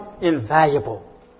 invaluable